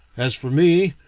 as for me,